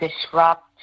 disrupt